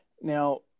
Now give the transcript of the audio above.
now